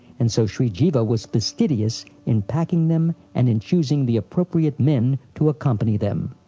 and so shri jiva was fastidious in packing them and in choosing the appropriate men to accompany them.